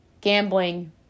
gambling